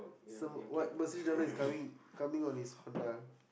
some what Mercedes driver is coming coming on his Honda